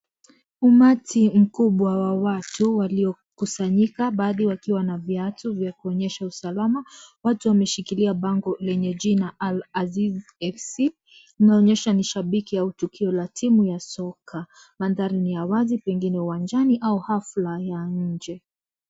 Umati mkubwa wa watu waliokusanyika baadhi wakiwa na viatu vya kuonyesha usalama watu wameshikilia bango lenye jina Al asiz FC inaonyesha ni shabiki au tukio la timu wa soka. Mandhari ni ya wazi pengine uwanjani au hafla ya nje.